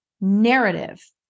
narrative